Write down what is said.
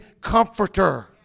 comforter